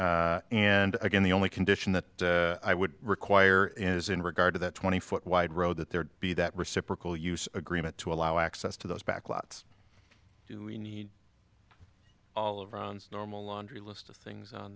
neighborhood and again the only condition that i would require is in regard to that twenty foot wide road that there'd be that reciprocal use agreement to allow access to those backlots we need all of ron's normal laundry list of things on